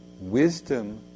Wisdom